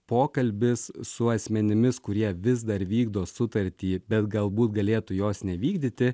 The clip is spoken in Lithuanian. pokalbis su asmenimis kurie vis dar vykdo sutartį bet galbūt galėtų jos nevykdyti